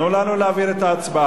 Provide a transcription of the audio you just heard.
תנו לנו להעביר את ההצבעה,